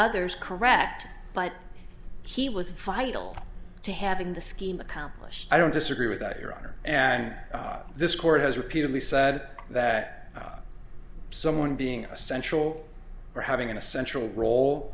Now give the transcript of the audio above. others correct but he was vital to having the scheme accomplish i don't disagree with that your honor and this court has repeatedly said that someone being essential for having an essential role